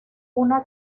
una